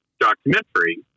documentary